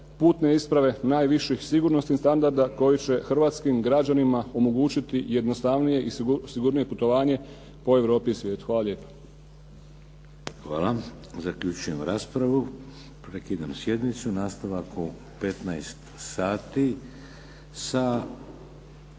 putne isprave najviših sigurnosnih standarda koji će hrvatskim građanima omogućiti jednostavnije i sigurnije putovanje po Europi i svijetu. Hvala lijepa. **Šeks, Vladimir (HDZ)** Hvala. Zaključujem raspravu. Prekidam sjednicu. Nastavak u 15 sati sa